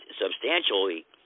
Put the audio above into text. substantially